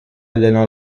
allenò